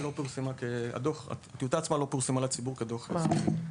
היא לא פורסמה לציבור כדוח סופי.